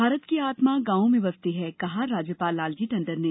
भारत की आत्मा गॉवों में बसती है कहा राज्यपाल लालजी टंडन ने